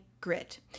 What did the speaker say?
grit